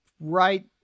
right